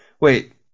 wait